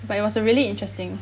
but it was a really interesting